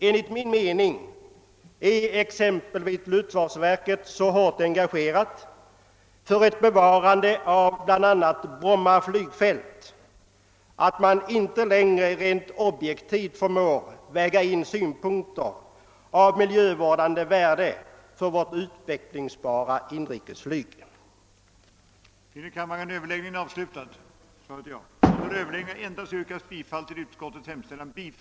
Enligt min mening är exempelvis luftfartsverket så hårt engagerat för ett bevarande av bl.a. Bromma flygfält, att verket inte längre rent objektivt förmår väga in synpunkter av miljövårdande värde för vårt utvecklingsbara inrikesflyg. rades, 2. att de åtgärder och förslag vartill analysen kunde föranleda underställdes riksdagens prövning samt 3. att nu gällande koncessionsbestämmelser för inrikes flygtrafik bleve föremål för översyn syftande till möjligheter för allmänflyget att i fri konkurrens såväl med SAS och LIN som inbördes kunna bedriva inrikestrafik.